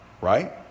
right